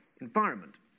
environment